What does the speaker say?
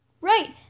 Right